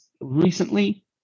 recently